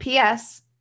PS